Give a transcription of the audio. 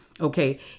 Okay